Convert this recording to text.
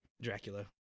Dracula